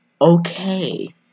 Okay